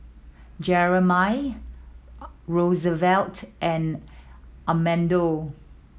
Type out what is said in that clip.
Jeramie Rosevelt and Amado